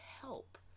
help